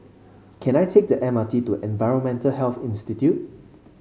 can I take the M R T to Environmental Health Institute